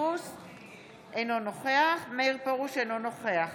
אינו נוכח מאיר פרוש, אינו נוכח